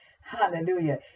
Hallelujah